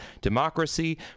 democracy